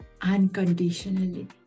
unconditionally